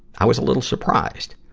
i was a little surprised.